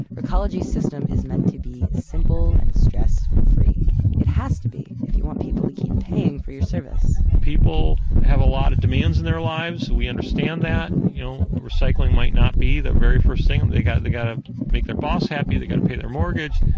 recology system is meant to be simple and stress-free. it has to be, if you want people to keep paying for your service people have a lot of demands in their lives. we understand that. you know recycling might not be the very first thing. um they got and got to make their boss happy, they got to pay their mortgage.